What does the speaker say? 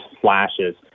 flashes